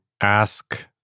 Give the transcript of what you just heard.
ask